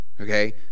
okay